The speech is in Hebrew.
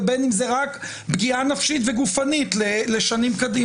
ובין שזו רק פגיעה נפשית וגופנית לשנים קדימה.